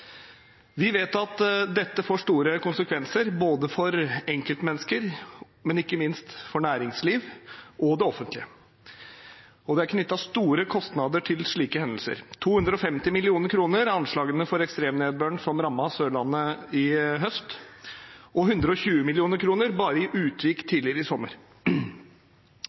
Vi vet at dette får store konsekvenser, både for enkeltmennesker og – ikke minst – for næringslivet og det offentlige. Det er knyttet store kostnader til slike hendelser. 250 mill. kr er anslaget for ekstremnedbøren som rammet Sørlandet i høst, og 120 mill. kr bare i Utvik tidligere i sommer.